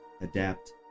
adapt